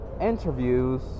interviews